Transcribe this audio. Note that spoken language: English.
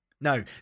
no